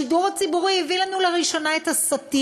השידור הציבורי הביא לנו לראשונה את הסאטירה.